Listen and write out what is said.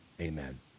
amen